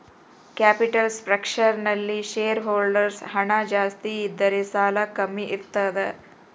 capital structure ನಲ್ಲಿ shareholders ಹಣ ಜಾಸ್ತಿ ಇದ್ದರೆ ಸಾಲ ಕಮ್ಮಿ ಇರ್ತದ